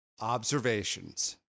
observations